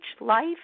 life